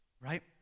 right